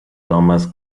thomas